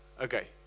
Okay